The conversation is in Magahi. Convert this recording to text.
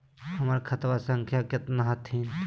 हमर खतवा संख्या केतना हखिन?